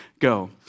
Go